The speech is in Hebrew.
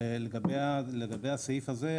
לגבי הסעיף הזה,